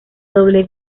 doble